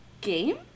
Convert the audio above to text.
game